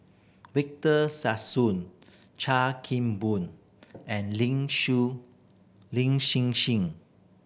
Victor Sassoon Chan Kim Boon and Lin Lin Hsin Hsin